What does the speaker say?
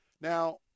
Now